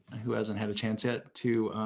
who hasn't had a chance yet to